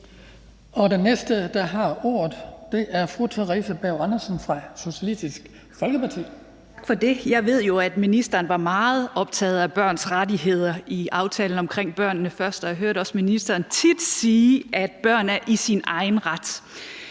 Den næste, der har ordet, er fru Theresa Berg Andersen har Socialistisk Folkeparti. Kl. 18:34 Theresa Berg Andersen (SF): Tak for det. Jeg ved jo, at ministeren var meget optaget af børns rettigheder i aftalen omkring »Børnene først«, og jeg hørte også ministeren tit sige, at børn er i deres egen ret.